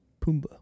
Pumbaa